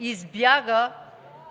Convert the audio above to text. избяга